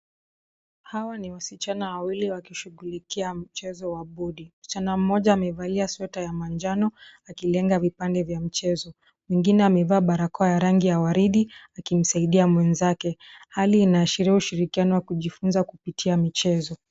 Hawa ni wasichana wawili wakishugulikia mchezo wa bodi. Msichana moja amevalia sweta ya manjano akilenga vipande vya mchezo. Mwingine amevaa barakoa ya rangi ya waridi akimsaidia mwenzake. Hali inaashiria ushirikiano wa kujifunza kupitia michezo.